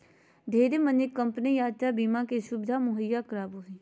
ढेरे मानी कम्पनी यात्रा बीमा के सुविधा मुहैया करावो हय